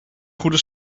goede